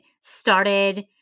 started